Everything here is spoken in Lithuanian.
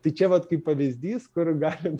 tai čia vat kaip pavyzdys kur galim